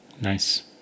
Nice